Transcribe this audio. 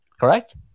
Correct